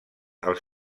els